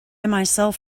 myself